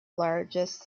largest